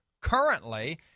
currently